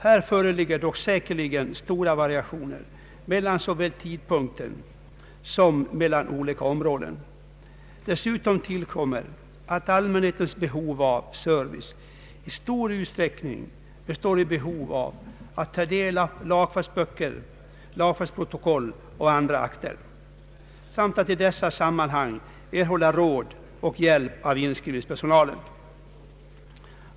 Här föreligger dock säkerligen stora variationer mellan såväl tidpunkter som olika områden. Dessutom tillkommer att allmänhetens behov av service i stor utsträckning gäller att ta del av lagfartsböcker, lagfartsprotokoll och andra akter samt att i dessa sammanhang erhålla råd och hjälp av inskrivningspersonalen.